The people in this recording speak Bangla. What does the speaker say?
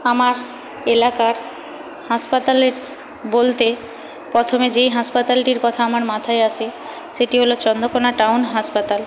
আমার এলাকার হাসপাতালের বলতে প্রথমে যেই হাসপাতালটির কথা আমার মাথায় আসে সেটি হল চন্দ্রকোনা টাউন হাসপাতাল